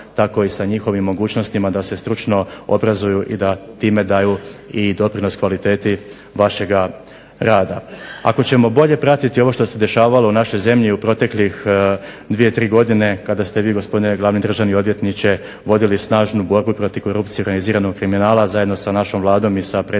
tako i sa njihovim mogućnostima da se stručno obrazuju i da time daju doprinos i kvaliteti vašega rada. Ako ćemo bolje pratiti ovo što se dešavalo u našoj zemlji u proteklih dvije, tri godine kada ste vi gospodine glavni državni odvjetniče vodili snažnu borbu protiv korupcije i organiziranog kriminala zajedno sa našom vladom i predsjednicom